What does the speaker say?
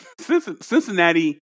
Cincinnati